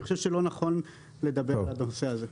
אני חושב שלא נכון לדבר על הנושא הזה.